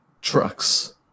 Trucks